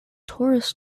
torus